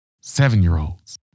seven-year-olds